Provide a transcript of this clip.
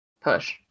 push